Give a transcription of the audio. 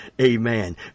amen